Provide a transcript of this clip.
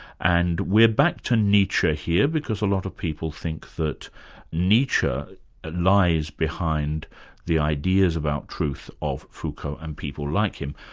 and we're back to nietzsche here, because a lot of people think that nietzsche lies behind the ideas about truth of foucault and people like him.